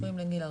הורים לגיל הרך.